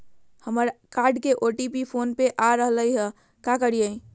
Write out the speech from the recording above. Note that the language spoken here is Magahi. हमर कार्ड के ओ.टी.पी फोन पे नई आ रहलई हई, का करयई?